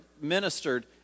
ministered